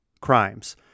crimes